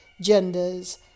genders